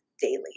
daily